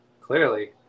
clearly